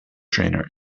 trainer